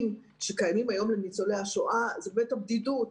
שקיימים היום לניצולי השואה זה הפגת הבדידות.